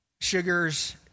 sugars